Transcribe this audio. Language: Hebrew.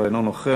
אבל אינו נוכח,